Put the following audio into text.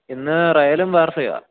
ഇന്ന് റെയലും വാർഫയുമാണ്